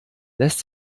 lässt